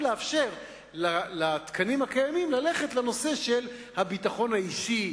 ולאפשר לתקנים הקיימים ללכת לנושא של הביטחון האישי,